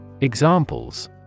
Examples